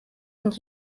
und